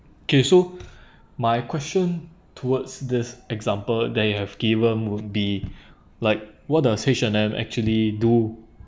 kay so my question towards this example that you have given will be like what does H&M actually do